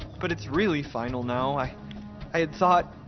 but it's really final now, i i had thought.